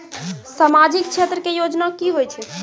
समाजिक क्षेत्र के योजना की होय छै?